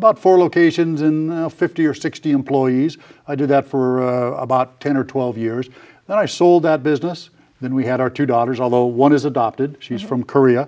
about four locations in fifty or sixty employees i did that for about ten or twelve years then i sold that business then we had our two daughters although one is adopted she's from korea